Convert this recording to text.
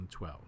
2012